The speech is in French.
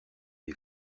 les